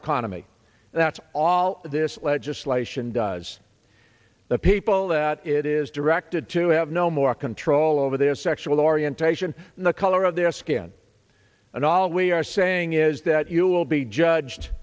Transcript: economy that's all this legislation does the people that it is directed to have no more control over their sexual orientation than the color of their skin and all we are saying is that you will be judged